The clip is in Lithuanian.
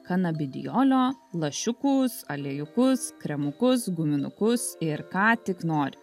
kanabidijolio lašiukus aliejukus kremukus guminukus ir ką tik nori